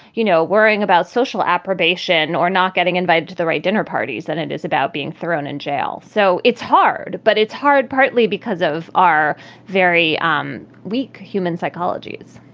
you know, worrying about social approbation or not getting invited to the right dinner parties than it is about being thrown in jail. so it's hard. but it's hard, partly because of our very um weak human psychologies